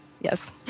Yes